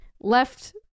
left